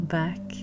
back